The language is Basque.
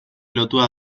lotua